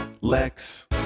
Lex